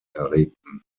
erregten